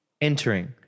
entering